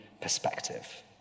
perspective